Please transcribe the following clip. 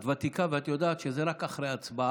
את ותיקה ואת יודעת שזה רק אחרי ההצבעה,